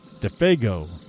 Defago